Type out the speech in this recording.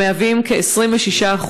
המהווים 26%,